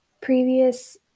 previous